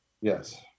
Yes